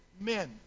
men